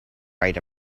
right